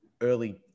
early